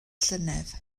llynedd